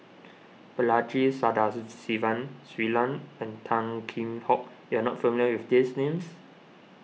Balaji Shui Lan and Tan Kheam Hock you are not familiar with these names